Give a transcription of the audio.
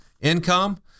income